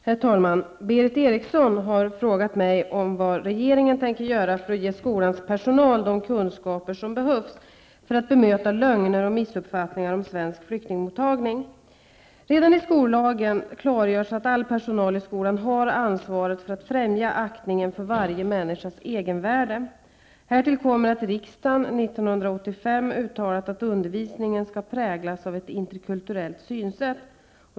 Herr talman! Berith Eriksson har frågat mig vad regeringen tänker göra för att ge skolans personal de kunskaper som behövs för att bemöta lögner och missuppfattningar om svensk flyktingmottagning. Redan i skollagen klargörs att all personal i skolan har ansvaret för att främja aktningen för varje människas egenvärde. Härtill kommer att riksdagen 1985 uttalat att undervisningen skall präglas av ett interkulturellt synsätt.